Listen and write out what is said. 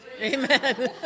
Amen